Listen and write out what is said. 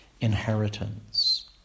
inheritance